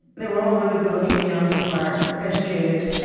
they were all really good looking, young, smart, educated,